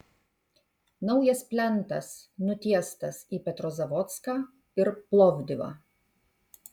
naujas plentas nutiestas į petrozavodską ir plovdivą